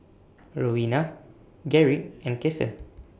Roena Garrick and Kasen